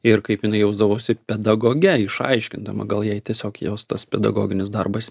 ir kaip jinai jausdavosi pedagoge išaiškindama gal jai tiesiog jos tas pedagoginis darbas